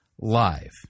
Live